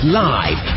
live